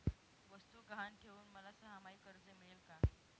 वस्तू गहाण ठेवून मला सहामाही कर्ज मिळेल का?